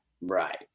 Right